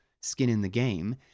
skin-in-the-game